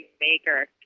maker